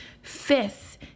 fifth